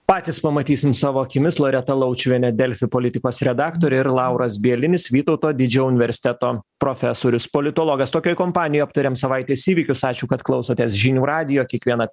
patys pamatysim savo akimis loreta laučiuvienė delfi politikos redaktorė ir lauras bielinis vytauto didžiojo universiteto profesorius politologas tokioj kompanijoj aptarėm savaitės įvykius ačiū kad klausotės žinių radijo kiekvieną